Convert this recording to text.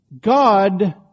God